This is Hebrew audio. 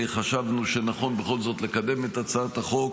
חשבנו שנכון בכל זאת לקדם את הצעת החוק,